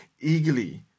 eagerly